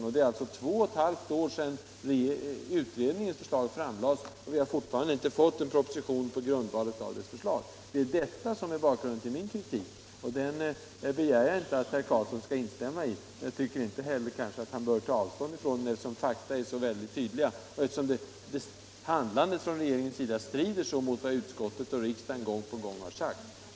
Nu är det alltså två och ett halvt år sedan utredningens förslag framlades, och vi har ännu inte fått någon proposition på grundval av de förslagen. Det är detta som är bakgrunden till min kritik, som jag inte begär att herr Karlsson i Huskvarna skall instämma i. Men jag tycker väl inte heller att han bör ta avstånd från kritiken, eftersom fakta är så tydliga och eftersom regeringens handlande strider så mot vad utskottet och riksdagen gång på gång har sagt.